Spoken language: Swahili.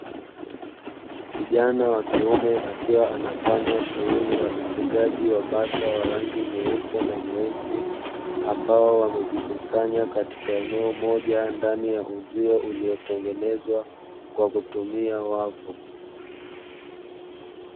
Kijana wa kiume akiwa anafanya shughuli ya ufugaji wa bata wa rangi nyeupe na nyeusi ambao wamejikusanya katika eneo moja ndani ya uzio ambao umetengenezwa kwa kutumia wavu.